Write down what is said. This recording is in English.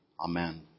Amen